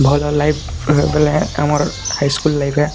ଭଲ ଲାଇଫ୍ ବଲେ ଆମର ହାଇ ସ୍କୁଲ୍ ଲାଇଫ୍